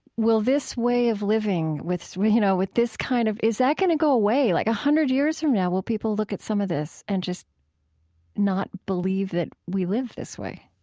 will this way of living, you know, with this kind of is that going to go away? like, a hundred years from now will people look at some of this and just not believe that we lived this way?